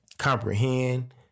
comprehend